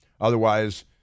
Otherwise